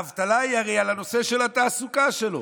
הרי האבטלה היא על הנושא של התעסוקה שלו.